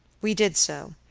we did so,